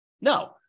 No